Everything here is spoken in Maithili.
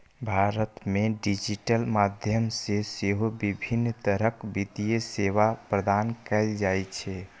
भारत मे डिजिटल माध्यम सं सेहो विभिन्न तरहक वित्तीय सेवा प्रदान कैल जाइ छै